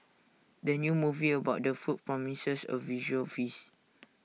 the new movie about the food promises A visual feast